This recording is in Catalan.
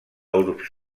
urbs